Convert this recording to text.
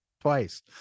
twice